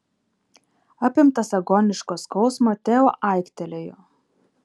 apimtas agoniško skausmo teo aiktelėjo